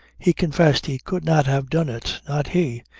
he confessed he could not have done it. not he.